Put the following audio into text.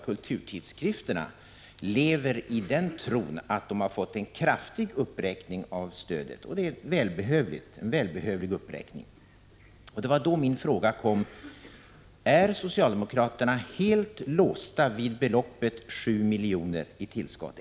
Kulturtidskrifterna lever nog i den tron att de har fått en kraftig uppräkning av stödet — en välbehövlig uppräkning. Min fråga är då: Är socialdemokraterna helt låsta vid beloppet 7 milj.kr. i tillskott?